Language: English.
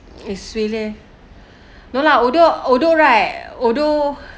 it's suay leh no lah although although right although